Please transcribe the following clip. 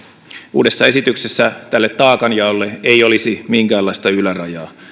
uudessa esityksessä tälle taakanjaolle ei olisi minkäänlaista ylärajaa